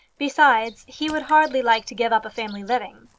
besides, he would hardly like to give up a family living.